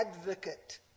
advocate